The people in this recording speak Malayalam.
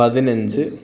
പതിനഞ്ച്